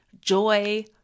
joy